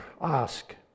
Ask